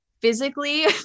physically